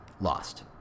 lost